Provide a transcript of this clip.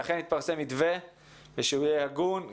שאכן יתפרסם מתווה ושהוא יהיה הגון.